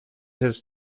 his